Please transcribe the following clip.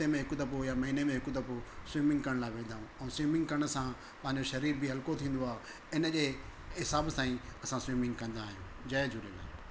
हफ़्ते में हिकु दफ़ो या महिने में हिकु दफ़ो स्विमिंग करण लाइ वेंदा आहियूं ऐं स्विमिंग करण सां पंहिंजो शरीर बि हलको थींदो आहे इन जे हिसाब सां ई असां स्विमिंग कंदा आहियूं जय झूलेलाल